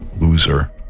loser